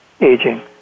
aging